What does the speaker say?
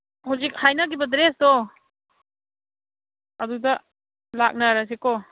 ꯍꯧꯖꯤꯛ ꯍꯥꯏꯅꯈꯤꯕ ꯗ꯭ꯔꯦꯁꯇꯣ ꯑꯗꯨꯗ ꯂꯥꯛꯅꯔꯁꯤꯀꯣ